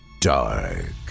dark